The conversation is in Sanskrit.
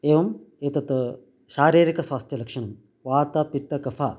एवम् एतत् शारीरिकस्वास्थ्यलक्षणं वातपित्तकफ